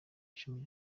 icumi